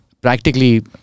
Practically